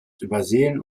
übersehen